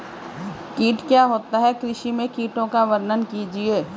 कीट क्या होता है कृषि में कीटों का वर्णन कीजिए?